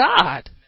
God